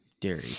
Dairy